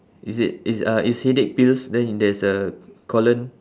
is it it's uh it's headache pills then in there's a colon